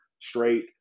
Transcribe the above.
straight